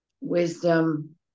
wisdom